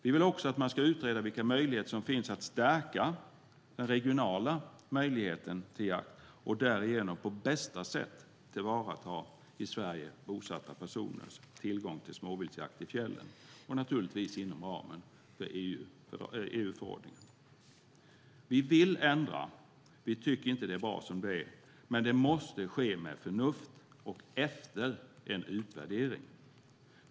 Vi vill också att man ska utreda vilka möjligheter som finns att stärka regionala möjligheter till jakt och därigenom på bästa sätt tillvarata i Sverige bosatta personers tillgång till småviltsjakt i fjällen. Och det ska naturligtvis ske inom ramen för EU-förordningen. Vi vill ändra. Vi tycker inte att det är bra som det är, men det måste ske med förnuft och efter en utvärdering.